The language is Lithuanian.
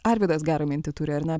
arvydas gerą mintį turi ar ne